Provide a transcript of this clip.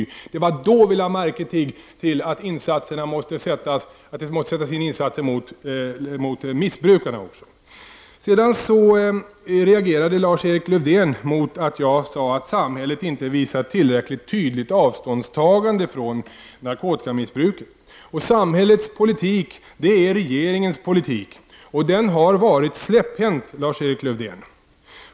Det var då vi lade märke till att insatser måste sättas in också mot missbrukarna. Lars-Erik Lövdén reagerade mot att jag sade att samhället inte visar ett tillräckligt tydligt avståndstagande från narkotikamissbruket. Samhällets politik är regeringens politik, och den har varit släpphänt, Lars-Erik Lövdén.